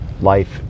life